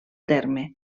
terme